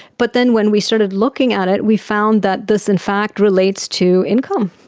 but then when we started looking at it we found that this in fact relates to income.